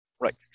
Right